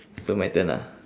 so my turn ah